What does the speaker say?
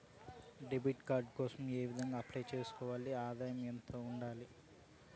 Debit card కోసం ఏ విధంగా అప్లై సేసుకోవాలి? ఆదాయం ఎంత ఉండాలి?